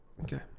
Okay